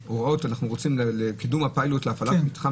נוסיף: "לרבות הוראות לקידום הפיילוט להפעלת מתחם